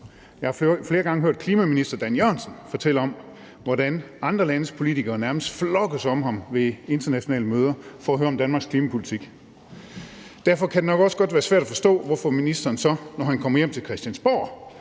Jeg har flere gange hørt klimaministeren fortælle om, hvordan andre landes politikere nærmest flokkes om ham ved internationale møder for at høre om Danmarks klimapolitik. Derfor kan det nok også være svært at forstå, hvorfor ministeren så, når han kommer hjem til Christiansborg,